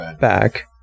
back